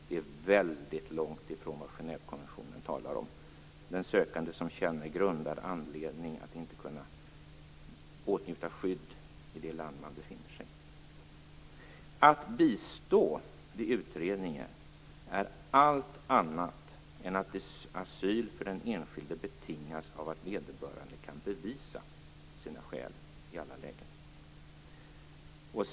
Det ligger väldigt långt ifrån det Genèvekonventionen talar om, nämligen den sökande som känner grundad anledning att inte kunna åtnjuta skydd i det land man befinner sig i. Att bistå vid utredningar är allt annat än att asyl för den enskilde betingas av att vederbörande kan bevisa sina skäl i alla lägen.